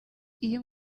iyo